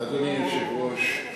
אדוני היושב-ראש,